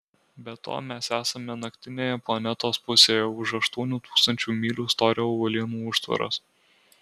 be to mes esame naktinėje planetos pusėje už aštuonių tūkstančių mylių storio uolienų užtvaros